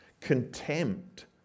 Contempt